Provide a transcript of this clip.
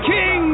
King